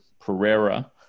Pereira